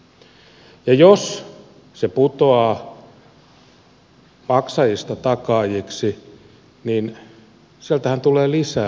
ja jos se putoaa maksajista takaajiksi niin sieltähän tulee lisää meille muille